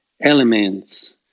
elements